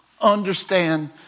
understand